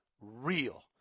real